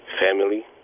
family